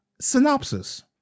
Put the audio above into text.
Synopsis